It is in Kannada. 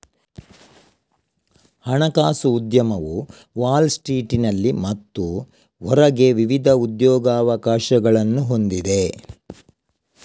ಹಣಕಾಸು ಉದ್ಯಮವು ವಾಲ್ ಸ್ಟ್ರೀಟಿನಲ್ಲಿ ಮತ್ತು ಹೊರಗೆ ವಿವಿಧ ಉದ್ಯೋಗಾವಕಾಶಗಳನ್ನು ಹೊಂದಿದೆ